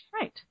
Right